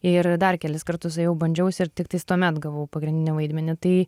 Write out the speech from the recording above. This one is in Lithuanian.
ir dar kelis kartus ėjau bandžiausi ir tiktais tuomet gavau pagrindinį vaidmenį tai